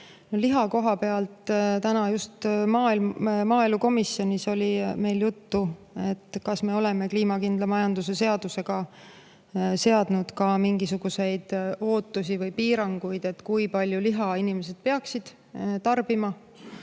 Liha koha pealt oli meil just täna maaelukomisjonis juttu, kas me oleme kliimakindla majanduse seadusega seadnud mingisuguseid ootusi või piiranguid, kui palju liha inimesed peaksid tarbima.